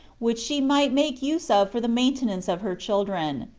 which she might make use of for the maintenance of her children.